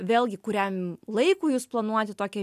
vėlgi kuriam laikui jūs planuojate tokią